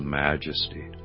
majesty